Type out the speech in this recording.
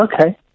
okay